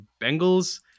Bengals